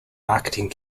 marketing